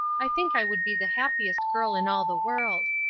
i think i would be the happiest girl in all the world.